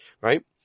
Right